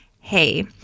hey